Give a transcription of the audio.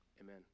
Amen